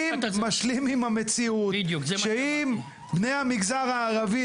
עם המציאות שאם נהרגים בני המגזר הערבי,